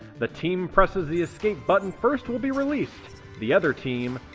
the team presses the escape button first will be released. the other team,